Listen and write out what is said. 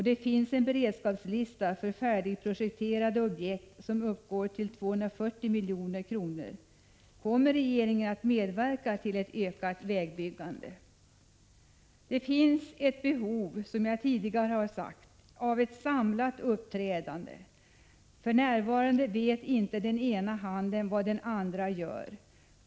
Det finns en beredskapslista för färdigprojekterade objekt, beräknade till 240 milj.kr. Kommer regeringen att medverka till ett ökat vägbyggande? Det finns ett behov, som jag tidigare har sagt, av ett samlat uppträdande. För närvarande vet inte den ena handen vad den andra gör.